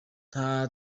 nta